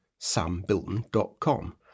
sambilton.com